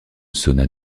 sonna